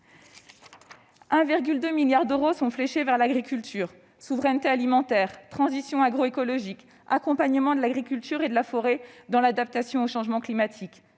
1,2 milliard d'euros sont fléchés vers l'agriculture : souveraineté alimentaire, transition agroécologique, accompagnement de l'agriculture et de la forêt dans l'adaptation au changement climatique